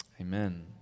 amen